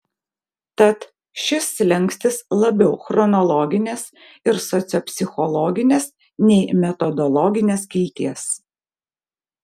tad šis slenkstis labiau chronologinės ir sociopsichologinės nei metodologinės kilties